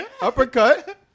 uppercut